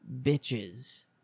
bitches